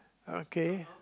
okay